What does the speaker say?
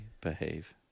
behave